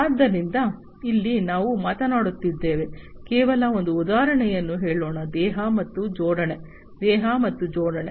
ಆದ್ದರಿಂದ ಇಲ್ಲಿ ನಾವು ಮಾತನಾಡುತ್ತಿದ್ದೇವೆ ಕೇವಲ ಒಂದು ಉದಾಹರಣೆಯನ್ನು ಹೇಳೋಣ ದೇಹ ಮತ್ತು ಜೋಡಣೆ ದೇಹ ಮತ್ತು ಜೋಡಣೆ